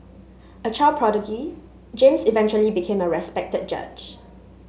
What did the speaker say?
a child prodigy James eventually became a respected judge